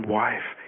wife